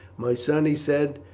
my son, he said,